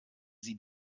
sie